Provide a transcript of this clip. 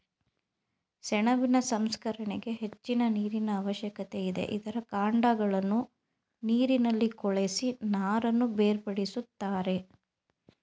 ಸೆಣಬಿನ ಸಂಸ್ಕರಣೆಗೆ ಹೆಚ್ಚಿನ ನೀರಿನ ಅವಶ್ಯಕತೆ ಇದೆ, ಇದರ ಕಾಂಡಗಳನ್ನು ನೀರಿನಲ್ಲಿ ಕೊಳೆಸಿ ನಾರನ್ನು ಬೇರ್ಪಡಿಸುತ್ತಾರೆ